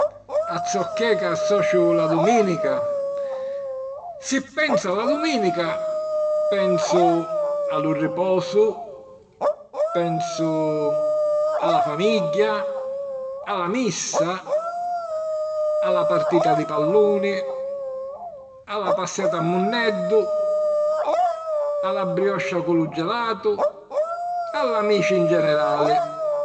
A zocchè ca associu la dumìnica? Si pensu a la dumìnica, pensu a lu riposu, pensu a la famigghia, a la Missa, a la partita di palluni, a la passiata a Munneddu, a la brioscia cu lu gelatu, a l'amici 'n generali.